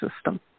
system